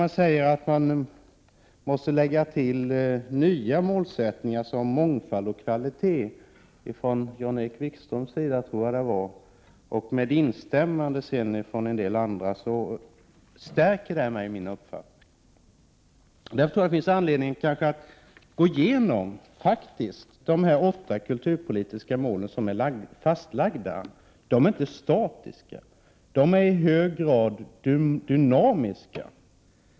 Man säger att det behövs ytterligare nya målsättningar, såsom mångfald och kvalitet. Jag tror att det var Jan-Erik Wikström och en del andra som var av den åsikten. Detta stärker bara min uppfattning. Således tror jag att det finns anledning att faktiskt gå igenom de åtta kulturpolitiska mål som är fastlagda. Dessa är inte statiska, utan de är i hög grad dynamiska.